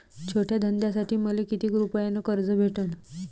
छोट्या धंद्यासाठी मले कितीक रुपयानं कर्ज भेटन?